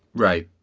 right.